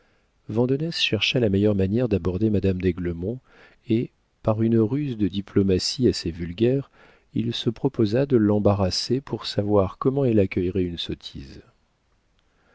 vandenesse chercha la meilleure manière d'aborder madame d'aiglemont et par une ruse de diplomatie assez vulgaire il se proposa de l'embarrasser pour savoir comment elle accueillerait une sottise